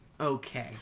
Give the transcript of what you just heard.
okay